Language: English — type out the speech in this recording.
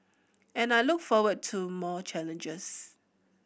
and I look forward to more challenges